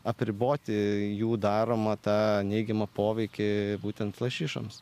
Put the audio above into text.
apriboti jų daromą tą neigiamą poveikį būtent lašišoms